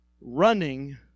running